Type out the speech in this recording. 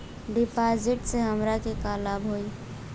डिपाजिटसे हमरा के का लाभ होई?